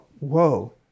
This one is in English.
whoa